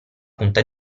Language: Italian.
punta